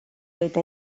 eta